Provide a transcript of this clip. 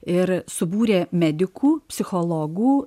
ir subūrė medikų psichologų